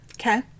Okay